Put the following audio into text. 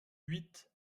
huit